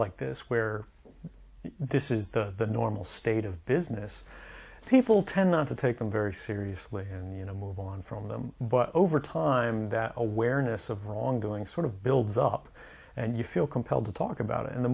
like this where this is the normal state of business people tend not to take them very seriously and you know move on from them but over time that awareness of wrongdoing sort of builds up and you feel compelled to talk about it and the